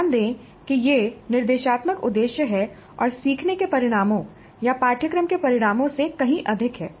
ध्यान दें कि यह निर्देशात्मक उद्देश्य है और सीखने के परिणामों या पाठ्यक्रम के परिणामों से कहीं अधिक है